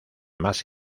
más